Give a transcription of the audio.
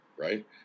right